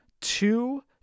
two